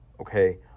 Okay